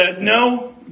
no